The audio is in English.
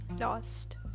lost